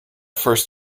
first